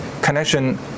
connection